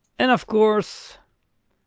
and of course